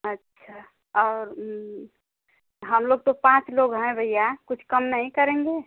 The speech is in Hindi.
अच्छा और हम लोग तो पाँच लोग हैं भैया कुछ कम नहीं करेंगे